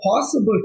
possible